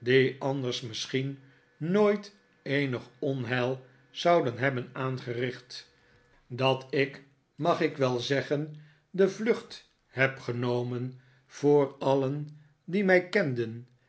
anders misschien nooit eenig onheil zouden hebben aangericht dat ik mag ik wel zeggen de vlucht heb genomen voor alien die